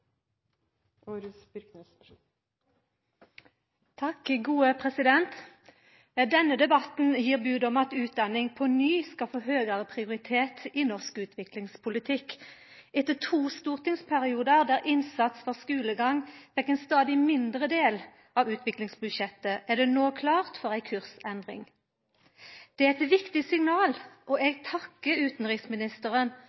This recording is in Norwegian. Denne debatten gir bod om at utdanning på ny skal få høgare prioritet i norsk utviklingspolitikk. Etter to stortingsperiodar der innsats for skulegang fekk ein stadig mindre del av utviklingsbudsjettet, er det no klart for ei kursendring. Det er eit viktig signal, og